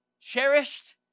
cherished